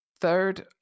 Third